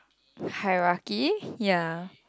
hierarchy ya